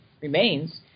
remains